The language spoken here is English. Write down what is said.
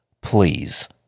please